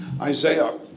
Isaiah